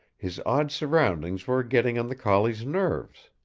his odd surroundings were getting on the collie's nerves.